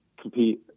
compete